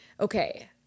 okay